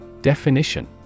Definition